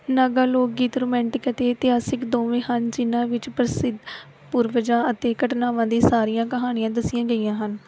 ਨਾਗਾ ਲੋਕ ਗੀਤ ਰੋਮਾਂਟਿਕ ਅਤੇ ਇਤਿਹਾਸਕ ਦੋਵੇਂ ਹਨ ਜਿਨ੍ਹਾਂ ਵਿੱਚ ਪ੍ਰਸਿੱਧ ਪੂਰਵਜਾਂ ਅਤੇ ਘਟਨਾਵਾਂ ਦੀਆਂ ਸਾਰੀਆਂ ਕਹਾਣੀਆਂ ਦੱਸੀਆਂ ਗਈਆਂ ਹਨ